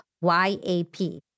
Y-A-P